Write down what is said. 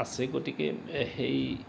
আছে গতিকে সেই